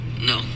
No